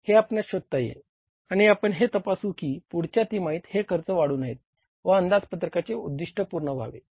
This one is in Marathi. हे आपणास शोधता येईल आणि आपण हे तपासू की पुढच्या तिमाहीत हे खर्च वाढू नये व अंदाजपत्रकाचे उद्दिष्ट पूर्ण व्हावे